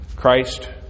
Christ